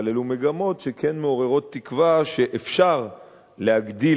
אבל אלו מגמות שכן מעוררות תקווה שאפשר להגדיל